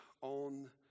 on